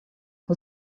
who